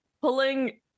pulling